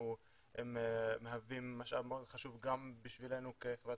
הם מהווים משאב מאוד חשוב גם בשבילנו כחברת